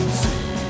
see